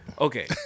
Okay